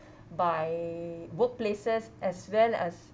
by workplaces as well as